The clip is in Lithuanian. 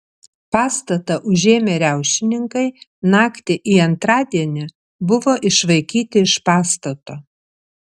pastatą užėmę riaušininkai naktį į antradienį buvo išvaikyti iš pastato